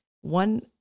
One